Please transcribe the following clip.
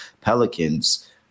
pelicans